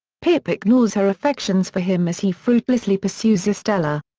pip ignores her affections for him as he fruitlessly pursues estella.